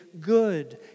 good